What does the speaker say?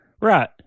right